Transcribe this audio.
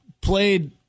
played